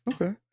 Okay